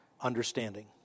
understanding